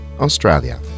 Australia